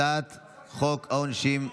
ההצעה להעביר את הצעת חוק העונשין (תיקון,